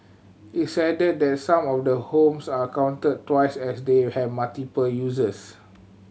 its added that some of the homes are counted twice as they have multiple uses